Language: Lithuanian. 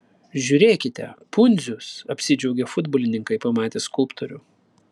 žiūrėkite pundzius apsidžiaugė futbolininkai pamatę skulptorių